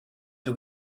più